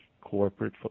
corporate